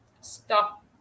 stop